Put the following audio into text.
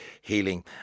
healing